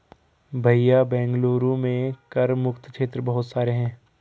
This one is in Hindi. भैया बेंगलुरु में कर मुक्त क्षेत्र बहुत सारे हैं